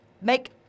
make